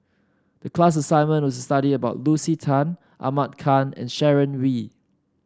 the class assignment was to study about Lucy Tan Ahmad Khan and Sharon Wee